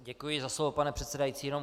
Děkuji za slovo, pane předsedající.